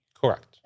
Correct